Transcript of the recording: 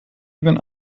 even